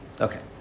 Okay